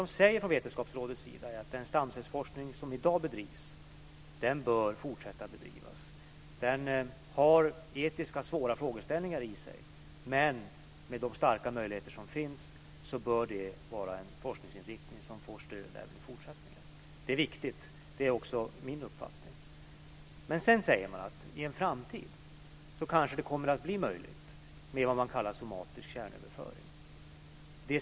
Man säger från Vetenskapsrådet att den stamcellsforskning som i dag bedrivs bör fortsätta att bedrivas. Den innehåller etiska svåra frågeställningar, men med de stora möjligheter som finns bör det vara en forskningsinriktning som får stöd även i fortsättningen. Det är riktigt, och det är också min uppfattning. Sedan säger man att i en framtid kommer det kanske att bli möjligt att göra s.k. somatisk kärnöverföring.